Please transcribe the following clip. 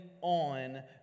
on